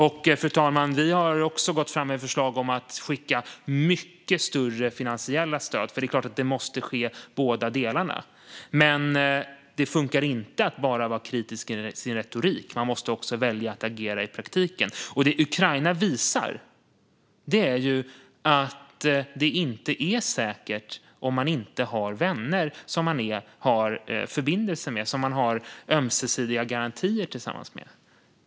Vi har också, fru talman, gått fram med förslag om att skicka mycket större finansiella stöd, för det är klart att vi måste ha båda delarna. Men det funkar inte att bara vara kritisk i sin retorik. Man måste också välja att agera i praktiken. Det Ukraina visar är att det inte är säkert om man inte har vänner som man har förbindelser med och ömsesidiga garantier tillsammans med.